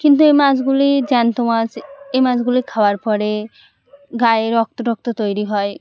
কিন্তু এই মাছগুলি জ্যান্ত মাছ এই মাছগুলি খাওয়ার পরে গায়ে রক্ত টক্ত তৈরি হয়